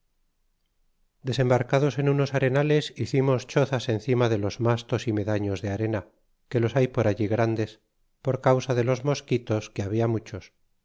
desembarcados en unos arenales hicimos chozas encima de los mastos y medafios de arena que los hay por allí grandes por causa de los mosquitos que habia muchos